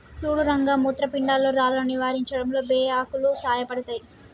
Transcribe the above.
సుడు రంగ మూత్రపిండాల్లో రాళ్లను నివారించడంలో బే ఆకులు సాయపడతాయి